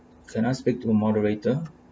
can I speak to a moderator